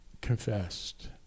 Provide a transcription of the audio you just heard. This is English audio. confessed